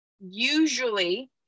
usually